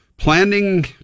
Planning